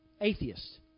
Atheist